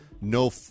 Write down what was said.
no